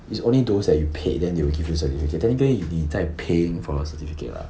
it's only those that you pay then they will give you certificate then then 你在 paying for your certificate lah